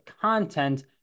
content